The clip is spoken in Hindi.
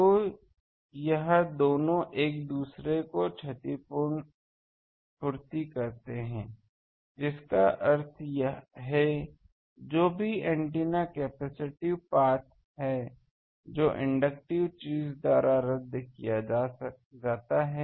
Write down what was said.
तो यह दोनों एक दूसरे को क्षतिपूर्ति करते हैं जिसका अर्थ है जो भी एंटीना कैपेसिटिव पाथ है जो इंडक्टिव चीज़ द्वारा रद्द किया जाता है